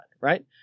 right